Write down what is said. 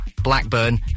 Blackburn